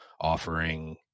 offering